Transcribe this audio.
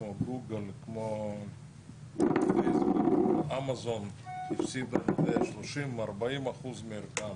כמו גוגל וכמו פייסבוק ואמזון הפסידו 30% או 40% מערכם,